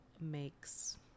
makes